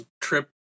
trip